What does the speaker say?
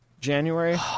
January